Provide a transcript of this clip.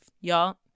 y'all